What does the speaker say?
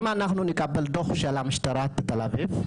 אם אנחנו נקבל דוח של המשטרה בתל אביב,